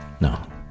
No